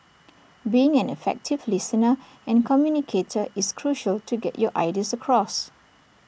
being an effective listener and communicator is crucial to get your ideas across